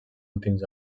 últims